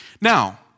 Now